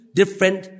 different